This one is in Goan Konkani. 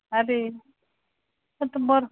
आरे तो आतां बरो